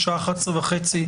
בשעה 11:30,